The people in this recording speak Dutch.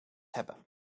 hebben